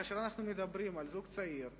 כשאנחנו מדברים על זוג צעיר שעובד,